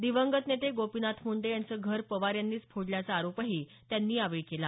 दिवंगत नेते गोपीनाथ मुंडे यांचं घर पवार यांनीच फोडल्याचा आरोपही त्यांनी यावेळी केला